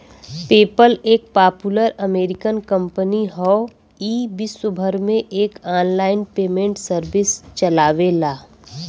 PayPal एक popular American company हौ ई विश्वभर में एक आनलाइन पेमेंट सर्विस चलावेला